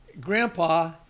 Grandpa